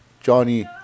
Johnny